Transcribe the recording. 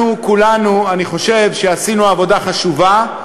אני חושב שכולנו עשינו עבודה חשובה,